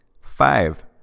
Five